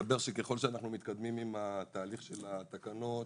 מסתבר שככל שאנחנו מתקדמים עם התהליך של התקנות,